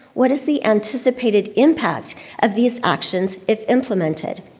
what is the anticipated impact of these actions if implemented?